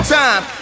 time